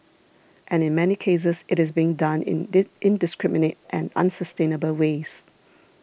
and in many cases it is being done in did indiscriminate and unsustainable ways